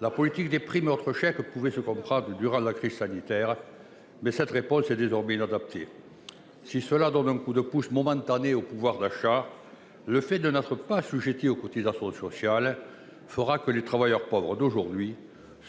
La politique des primes et autres chèques pouvait se comprendre durant la crise sanitaire, mais cette réponse est désormais inadaptée. Si elle a permis de donner un coup de pouce momentané au pouvoir d'achat, elle risque, faute d'assujettissement aux cotisations sociales, de faire des travailleurs pauvres d'aujourd'hui